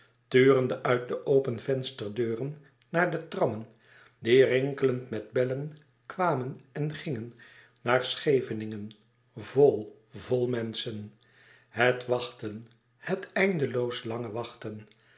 turende van uit de open vensterdeuren naar de trammen die rinkelend met bellen kwamen en gingen naar scheveningen vol vol menschen het wachten het eindeloos lange wachten